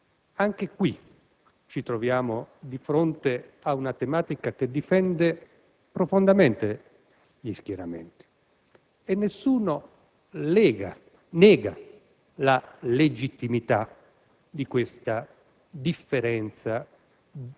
caso ci troviamo di fronte ad una tematica che divide profondamente gli schieramenti. Nessuno nega la legittimità di questa differenza di